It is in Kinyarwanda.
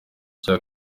cya